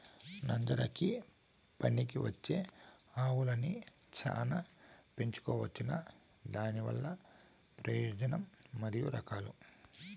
నంజరకి పనికివచ్చే ఆవులని చానా పెంచుకోవచ్చునా? దానివల్ల ప్రయోజనం మరియు రకాలు?